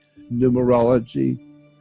numerology